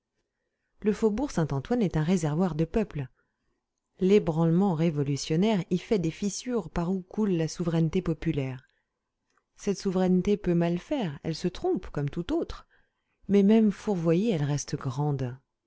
le faubourg saint-antoine est un réservoir de peuple l'ébranlement révolutionnaire y fait des fissures par où coule la souveraineté populaire cette souveraineté peut mal faire elle se trompe comme toute autre mais même fourvoyée elle reste grande